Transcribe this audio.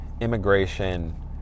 immigration